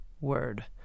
word